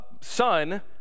son